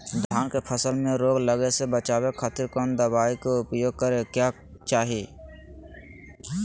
धान के फसल मैं रोग लगे से बचावे खातिर कौन दवाई के उपयोग करें क्या चाहि?